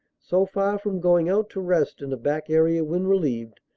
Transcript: so far from going out to rest in a back area when relieved,